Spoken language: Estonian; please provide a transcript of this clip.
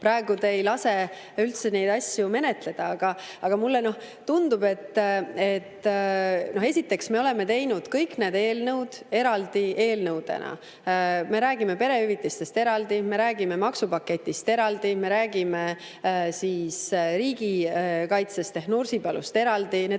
Praegu te ei lase neid asju üldse menetleda. Aga mulle tundub, et … Esiteks, me oleme teinud kõik need eelnõud eraldi eelnõudena. Me räägime perehüvitistest eraldi. Me räägime maksupaketist eraldi. Me räägime riigikaitsest ehk Nursipalust eraldi.